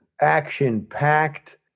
action-packed